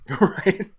Right